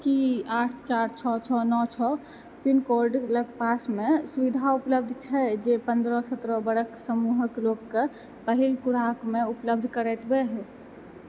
की आठ चार छओ छओ नओ छओ पिनकोड लगपासमे सुविधा उपलब्ध छै जे पनरह सतरह बरख समूहके लोकके पहिल खुराकमे उपलब्ध करबैत हो